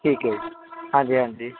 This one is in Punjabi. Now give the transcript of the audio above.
ਠੀਕ ਹੈ ਜੀ ਹਾਂਜੀ ਹਾਂਜੀ